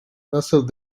nasıl